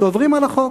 שעוברים על החוק.